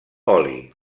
oli